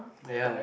there are